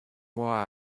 why